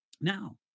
Now